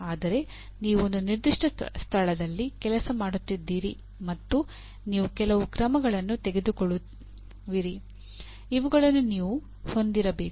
ಆದರೆ ನೀವು ಒಂದು ನಿರ್ದಿಷ್ಟ ಸ್ಥಳದಲ್ಲಿ ಕೆಲಸ ಮಾಡುತ್ತಿದ್ದೀರಿ ಮತ್ತು ನೀವು ಕೆಲವು ಕ್ರಮಗಳನ್ನು ತೆಗೆದುಕೊಳ್ಳುತ್ತಿರುವಿರಿ ಇವುಗಳನ್ನು ನೀವು ಹೊಂದಿರಬೇಕು